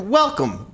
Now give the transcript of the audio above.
welcome